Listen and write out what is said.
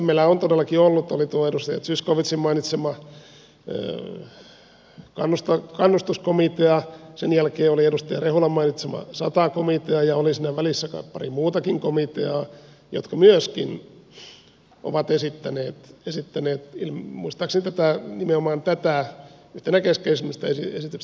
sitten meillä todellakin oli tuo edustaja zyskowiczin mainitsema kannustuskomitea sen jälkeen oli edustaja rehulan mainitsema sata komitea ja oli siinä välissä kai pari muutakin komiteaa jotka myöskin ovat esittäneet muistaakseni nimenomaan tätä yhtenä keskeisimmistä esityksistä